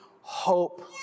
Hope